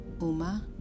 Uma